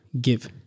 give